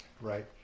right